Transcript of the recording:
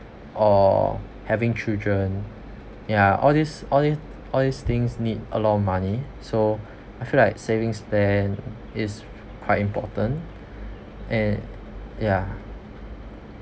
or having children ya all these all th~ all these things need a lot of money so I feel like savings plan is quite important and ya